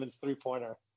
three-pointer